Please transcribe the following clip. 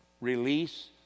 release